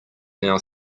now